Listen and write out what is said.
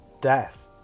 death